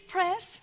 Press